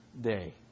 day